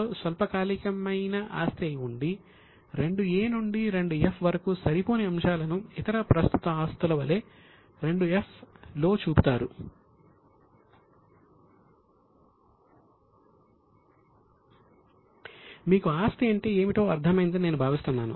మీకు ఆస్తి అంటే ఏమిటో అర్థం అయిందని నేను అని భావిస్తున్నాను